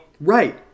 Right